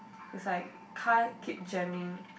is like car keep jamming